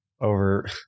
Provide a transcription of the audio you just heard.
over